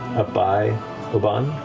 up by obann?